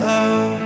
Love